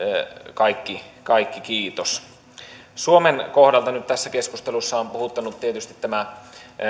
kaikki kaikki kiitos suomen kohdalta nyt tässä keskustelussa on puhuttanut tietysti tämä